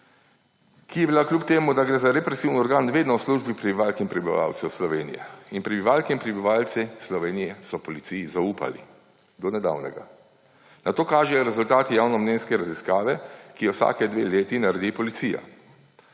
ki je bila kljub temu, da gre za represivni organ, vedno v službi prebivalk in prebivalcev Slovenije. In prebivalke in prebivalci Slovenije so policiji zaupali − do nedavnega. Na to kažejo rezultati javnomnenjske raziskave, ki jo vsake dve leti naredi policija.